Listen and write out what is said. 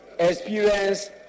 Experience